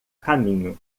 caminho